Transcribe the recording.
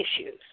issues